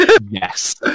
Yes